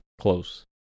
close